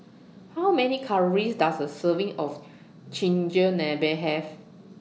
How Many Calories Does A Serving of Chigenabe Have